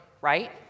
right